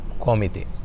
committee